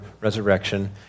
resurrection